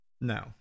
No